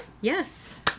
Yes